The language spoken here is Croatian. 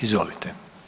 Izvolite.